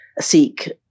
seek